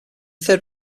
third